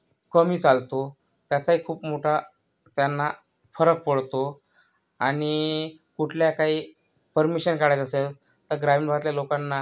कमी चालतो त्याचाही खूप मोठा त्यांना फरक पडतो आणि कुठल्या काही परमिशन काढायचं असेल तर ग्रामीण भागातल्या लोकांना